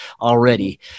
already